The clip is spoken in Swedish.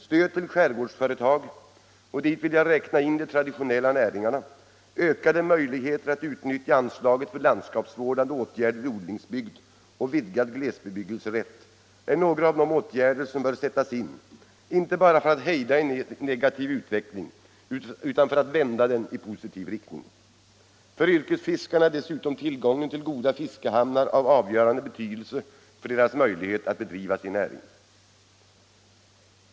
Stöd till skärgårdsföretag — och dit vill jag räkna in de traditionella näringarna — ökade möjligheter att utnyttja anslaget för landskapsvårdande åtgärder i odlingsbygd och en vidgad glesbebyggelserätt är några av de åtgärder som bör sättas in för att inte bara hejda en negativ utveckling utan för att vända den i positiv riktning. För yrkesfiskarna är dessutom tillgången till goda fiskehamnar av avgörande betydelse för deras möjlighet att bedriva sin näring.